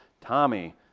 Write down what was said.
Tommy